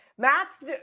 Matt's